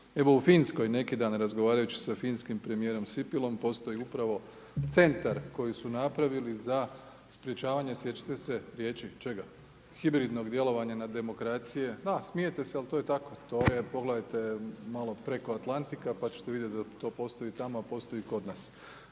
Evo u Finskoj neki dan razgovarajući sa finskim premijerom Sipilom postoji upravo centar koji su napravili za sprječavanje, sjećate se riječ, čega, hibridnog djelovanja na demokracije, da smijete se ali to je tako, to je pogledajte malo preko atlantika pa čete vidjeti da to postoji tamo a postoji i kod nas.